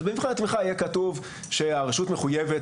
אז במבחן התמיכה יהיה כתוב שהרשות מחויבת